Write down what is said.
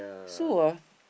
so ah